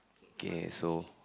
okay so